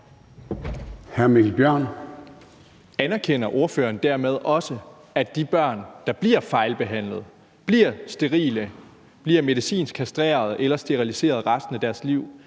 Mikkel Bjørn (DF): Anerkender ordføreren dermed også, at de børn, der bliver fejlbehandlet, bliver sterile, bliver medicinsk kastreret eller steriliseret for resten af deres liv